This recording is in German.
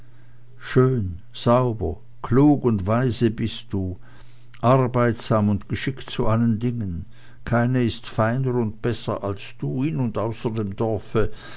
schön sauber klug und weise bist du arbeitsam und geschickt zu allen dingen keine ist feiner und besser als du in und außer dem dorfe